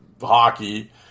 hockey